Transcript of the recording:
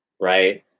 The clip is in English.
right